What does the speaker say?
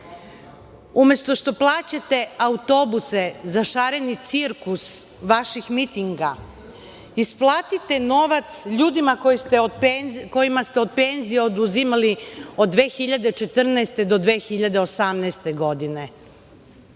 što plaćate autobuse za šareni cirkus vaših mitinga, isplatite novac ljudima kojima ste od penzija oduzimali od 2014. do 2018. godine.